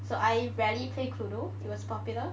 so I rarely play cluedo it was popular